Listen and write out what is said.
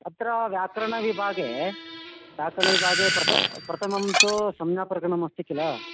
अत्र व्याकरणविभागे व्याकरणविभागे प्रथमं प्रतमं तु संज्ञाप्रकरणम् अस्ति किल